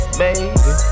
baby